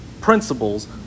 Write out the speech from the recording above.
principles